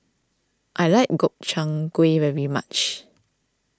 I like Gobchang Gui very much